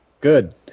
Good